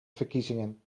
verkiezingen